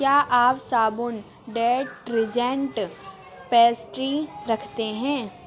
کیا آپ صابن ڈٹرجنٹ پیسٹری رکھتے ہیں